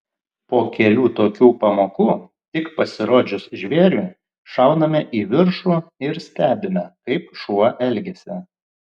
po kelių tokių pamokų tik pasirodžius žvėriui šauname į viršų ir stebime kaip šuo elgiasi